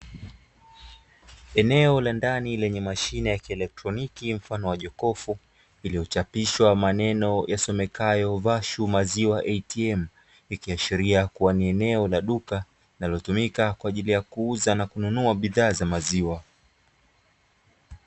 Eneo la ndani lenye mashine ya kielekroniki mfano wa jokofu, iliyochapishwa maneno yanayosomekayo "VASHU MAZIWA ATM" ikiashiria kuwa ni eneo la duka, linayotumika kwa ajili ya kuuza na kununua bidhaa za maziwa.